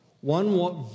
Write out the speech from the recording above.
One